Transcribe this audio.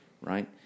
Right